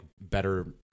better